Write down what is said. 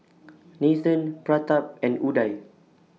Nathan Pratap and Udai